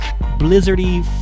blizzardy